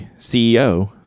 CEO